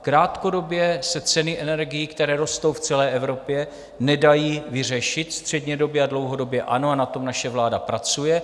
Krátkodobě se ceny energií, které rostou v celé Evropě, nedají vyřešit, střednědobě a dlouhodobě ano a na tom naše vláda pracuje.